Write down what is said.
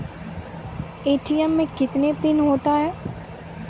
ATM मे कितने PIN होता हैं?